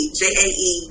j-a-e